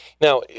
Now